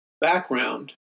background